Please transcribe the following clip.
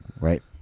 right